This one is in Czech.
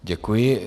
Děkuji.